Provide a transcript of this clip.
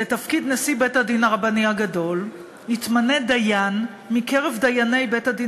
לתפקיד נשיא בית-הדין הרבני הגדול יתמנה דיין מקרב דייני בית-הדין